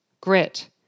Grit